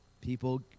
people